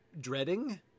dreading